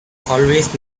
always